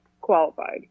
qualified